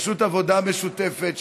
פשוט עבודה משותפת,